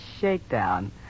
shakedown